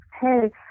Hey